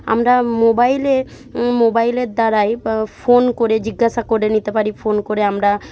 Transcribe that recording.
আমরা মোবাইলে মোবাইলের দ্বারাই ফোন করে জিজ্ঞাসা করে নিতে পারি ফোন করে আমরা